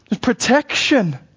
Protection